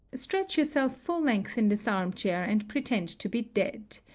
stretch yourself full-length in this arm-chair, and pretend to be dead.